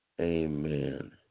Amen